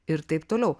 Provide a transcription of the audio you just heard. ir taip toliau